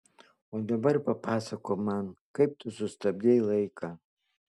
o dabar papasakok man kaip tu sustabdei laiką